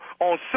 on